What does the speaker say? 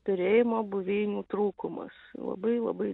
turėjimo buveinių trūkumas labai labai